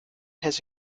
has